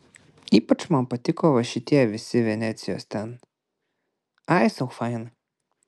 ypač man patiko va šitie visi venecijos ten ai sau faina